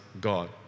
God